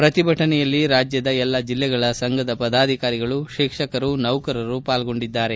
ಪ್ರತಿಭಟನೆಯಲ್ಲಿ ರಾಜ್ಯದ ಎಲ್ಲಾ ಜಿಲ್ಲೆಗಳ ಸಂಘದ ಪದಾಧಿಕಾರಿಗಳು ಶಿಕ್ಷಕರು ನೌಕರರು ಪಾಲ್ಗೊಂಡಿದ್ದಾರೆ